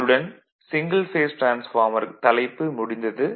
இத்துடன் single phase transformer தலைப்பு முடிந்தது